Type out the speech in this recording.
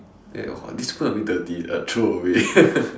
then !wah! this spoon a bit dirty throw away